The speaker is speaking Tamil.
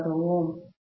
Thank you